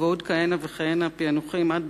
ועוד כהנה וכהנה פענוחים, עד